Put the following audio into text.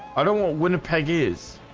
i don't want winnipeg is